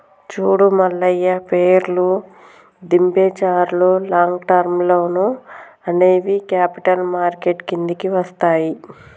చూడు మల్లయ్య పేర్లు, దిబెంచర్లు లాంగ్ టర్మ్ లోన్లు అనేవి క్యాపిటల్ మార్కెట్ కిందికి వస్తాయి